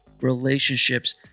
relationships